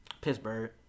Pittsburgh